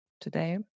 today